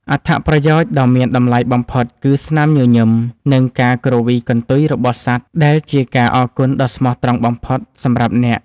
អត្ថប្រយោជន៍ដ៏មានតម្លៃបំផុតគឺ ស្នាមញញឹម និង ការគ្រវីកន្ទុយរបស់សត្វដែលជាការអរគុណដ៏ស្មោះត្រង់បំផុតសម្រាប់អ្នក។